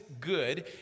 good